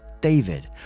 david